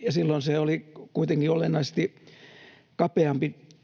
ja silloin se oli kuitenkin olennaisesti kapeampi